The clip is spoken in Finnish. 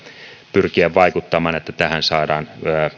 pyrkiä vaikuttamaan että tähän saadaan